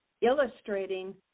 illustrating